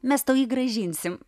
mes tau jį grąžinsim